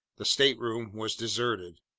the stateroom was deserted.